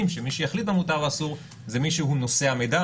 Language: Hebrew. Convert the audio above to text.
שמי שיחליט מה מותר ואסור זה מי שהוא נושא המידע,